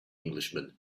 englishman